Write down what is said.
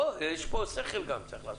בוא, יש פה שכל שצריך לעשות.